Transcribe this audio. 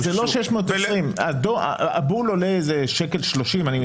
זה לא 620,000. הבול עולה איזה 1.30 שקלים.